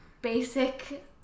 Basic